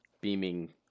beaming